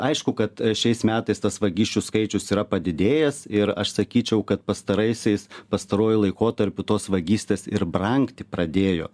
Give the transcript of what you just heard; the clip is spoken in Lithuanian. aišku kad šiais metais tas vagysčių skaičius yra padidėjęs ir aš sakyčiau kad pastaraisiais pastaruoju laikotarpiu tos vagystės ir brangti pradėjo